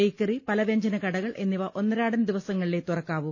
bakery പലവ്യഞ്ജന കടകൾ എന്നിവ ഒന്നരാടൻ ദിവസങ്ങളിലേ തുറക്കാവൂ